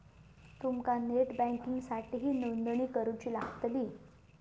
तुमका नेट बँकिंगसाठीही नोंदणी करुची लागतली